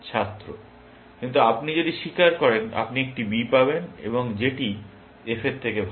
ছাত্র কিন্তু আপনি যদি স্বীকার করেন আপনি একটি B পাবেন এবং যেটি F এর থেকে ভাল